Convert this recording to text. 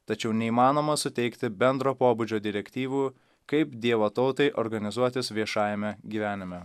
tačiau neįmanoma suteikti bendro pobūdžio direktyvų kaip dievo tautai organizuotis viešajame gyvenime